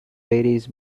varies